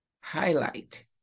highlight